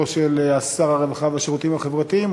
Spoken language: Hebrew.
של שר הרווחה והשירותים החברתיים,